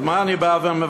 אז מה אני בא ומבקש?